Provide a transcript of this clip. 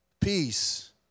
Peace